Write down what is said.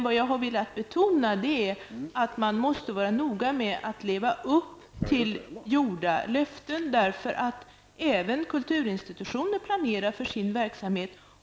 Vad jag har velat betona är att man måste leva upp till sina löften, därför att även kulturinstitutionerna planerar för sin verksamhet.